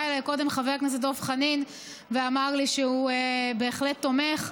בא אליי קודם חבר הכנסת דב חנין ואמר לי שהוא בהחלט תומך.